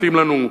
מתאים לנו.